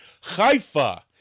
Haifa